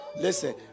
Listen